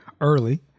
early